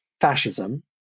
fascism